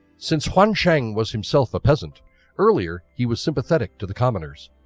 since yuanzhang was himself a peasant earlier he was sympathetic to the commoners.